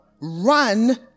run